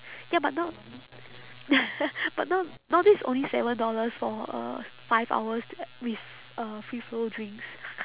ya but now but now now this only seven dollars for uh five hours with uh free flow drinks